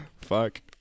Fuck